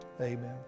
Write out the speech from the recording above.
Amen